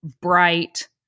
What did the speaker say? bright